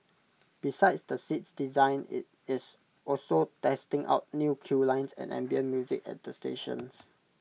besides the seats designs IT is also testing out new queue lines and ambient music at the stations